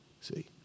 see